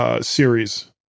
series